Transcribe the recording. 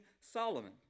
Solomon